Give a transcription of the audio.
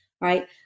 right